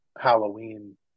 Halloween